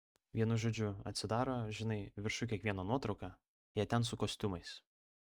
vienu žodžiu atsidaro žinai viršuj kiekvieno nuotrauka jie ten su kostiumais